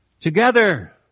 Together